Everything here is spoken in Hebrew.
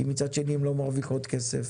כי מצד שני הן לא מרוויחות כסף